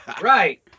Right